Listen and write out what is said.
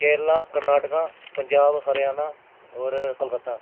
केरला कर्नाटका पंजाब हरियाणा होर कोलकता